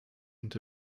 und